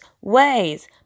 ways